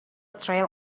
trail